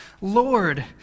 Lord